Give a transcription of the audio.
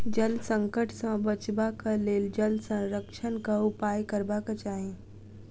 जल संकट सॅ बचबाक लेल जल संरक्षणक उपाय करबाक चाही